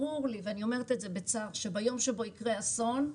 ברור לי, ואני אומרת בצער, שביום שבו יקרה אסון,